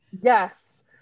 Yes